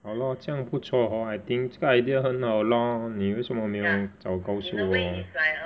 ha lor 这样不错 hor I think 这个 idea 很好 lor 你为什么没有早告诉我